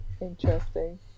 Interesting